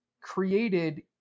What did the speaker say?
created